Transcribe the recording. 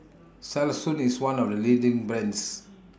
Selsun IS one of The leading brands